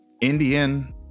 Indian